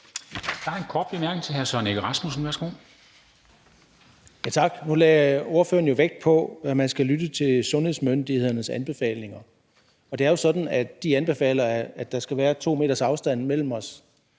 Rasmussen. Værsgo. Kl. 13:54 Søren Egge Rasmussen (EL): Tak. Nu lagde ordføreren jo vægt på, at man skal lytte til sundhedsmyndighedernes anbefalinger. Det er jo sådan, at de anbefaler, at der skal være 2 m's afstand mellem os.